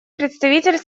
представитель